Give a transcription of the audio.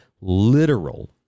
literal